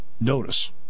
notice